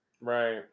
right